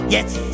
Yes